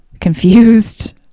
confused